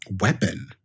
weapon